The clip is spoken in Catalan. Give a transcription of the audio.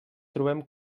trobem